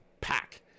pack